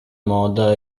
moda